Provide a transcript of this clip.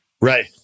right